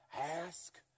Ask